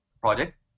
project